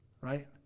right